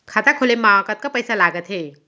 खाता खोले मा कतका पइसा लागथे?